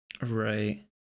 Right